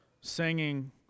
singing